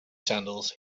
sandals